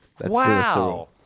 Wow